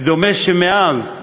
ודומה שמאז,